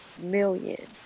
million